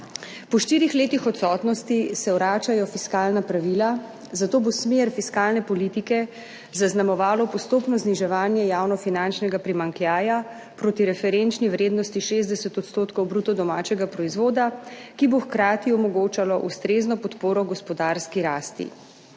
Po štirih letih odsotnosti se vračajo fiskalna pravila, zato bo smer fiskalne politike zaznamovalo postopno zniževanje javnofinančnega primanjkljaja proti referenčni vrednosti 60 % bruto domačega proizvoda, ki bo hkrati omogočalo ustrezno podporo gospodarski rasti.